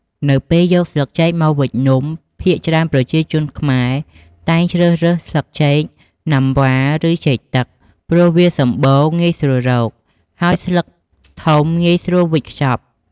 នៅពេលយកស្លឹកចេកមកវេចនំ ភាគច្រើនប្រជាជនខ្មែរតែងជ្រើសរើសយកស្លឹកចេកណាំវ៉ា ឬចេកទឹក ព្រោះវាសម្បូរងាយស្រួលរក ហើយស្លឹកធំងាយស្រួលវេចខ្ចប់។